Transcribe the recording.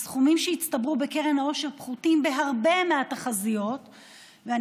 הסכומים שהצטברו בקרן העושר פחותים בהרבה מהתחזיות בזמן חקיקת החוק הזה.